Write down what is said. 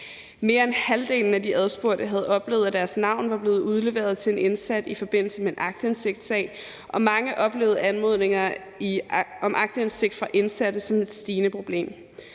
Mere end halvdelen af de adspurgte havde oplevet, at deres navn var blevet udleveret til en indsat i forbindelse med en sag om aktindsigt, og mange oplevede anmodninger om aktindsigt fra indsatte som et stigende problem.